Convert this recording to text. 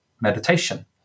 meditation